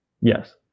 Yes